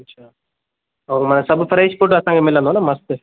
अच्छा ऐं सभु फ्रैश फूड असांखे मिलंदो ना मस्त